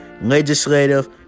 legislative